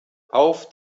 auf